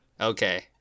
Okay